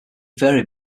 vary